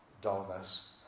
dullness